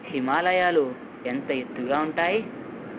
హిమాలయలు ఎంత ఎత్తుగా ఉంటాయి